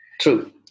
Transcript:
True